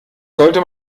sollte